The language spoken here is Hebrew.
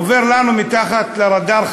עוברת לנו מתחת לרדאר,